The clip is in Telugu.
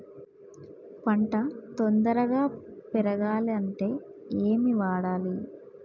పంట తొందరగా పెరగాలంటే ఏమి వాడాలి?